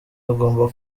hagomba